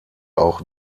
auch